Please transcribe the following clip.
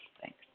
Thanks